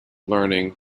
learning